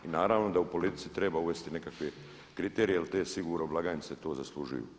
I naravno da u politici treba uvesti nekakve kriterije jer te sigurno blagajnice to zaslužuju.